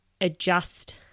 adjust